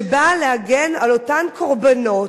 שבאה להגן על אותם קורבנות.